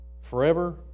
forever